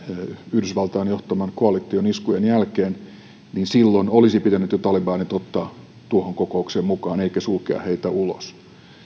yhdysvaltain johtaman koalition iskujen jälkeen jo silloin olisi pitänyt talibanit ottaa tuohon kokoukseen mukaan eikä sulkea heitä ulos